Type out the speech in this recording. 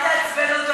אל תעצבן אותו,